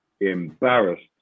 embarrassed